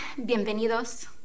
Bienvenidos